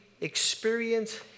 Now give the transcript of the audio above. experience